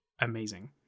amazing